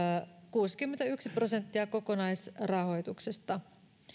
kuusikymmentäyksi prosenttia kokonaisrahoituksesta